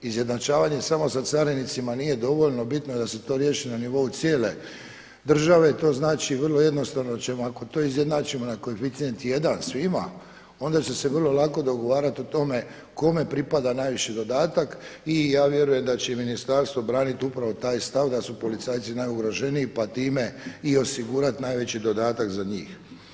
Izjednačavanje samo sa carinicima nije dovoljno, bitno je da se to riješi na nivou cijele države i to znači vrlo jednostavno ćemo ako to izjednačimo na koeficijent 1 svima onda će se vrlo lako dogovarati o tome kome pripada najviši dodatak i ja vjerujem da će i ministarstvo branit upravo taj stav da su policajci najugroženiji pa time i osigurati najveći dodatak za njih.